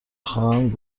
خواهند